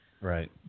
Right